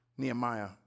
Nehemiah